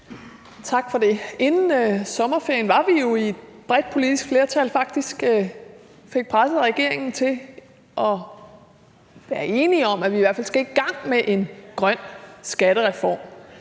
Tak for det. Inden sommerferien var vi jo et bredt politisk flertal, der faktisk fik presset regeringen til at være enig i, at vi i hvert fald skal i gang med en grøn skattereform.